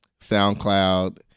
SoundCloud